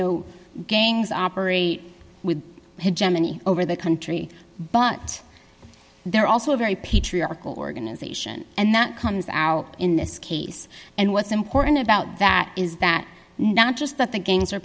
know gangs operate with gemini over the country but they're also very patriarchal organization and that comes out in this case and what's important about that is that not just that the gangs are